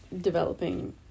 developing